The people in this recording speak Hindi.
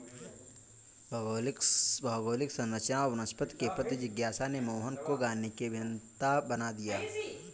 भौगोलिक संरचना और वनस्पति के प्रति जिज्ञासा ने मोहन को गाने की अभियंता बना दिया